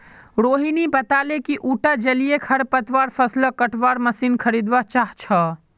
रोहिणी बताले कि उटा जलीय खरपतवार फ़सलक कटवार मशीन खरीदवा चाह छ